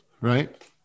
right